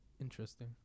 interesting